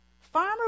Farmer